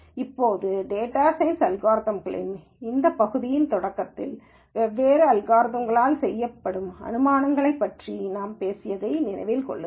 இப்போது data science அல்காரிதம்களின் இந்த பகுதியின் தொடக்கத்தில் வெவ்வேறு அல்காரிதம்களால் செய்யப்படும் அனுமானங்களைப் பற்றி நான் பேசியதை நினைவில் கொள்ளுங்கள்